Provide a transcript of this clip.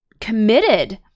committed